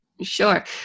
Sure